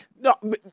No